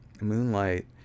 Moonlight